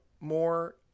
more